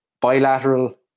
bilateral